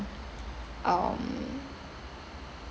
um